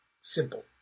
simple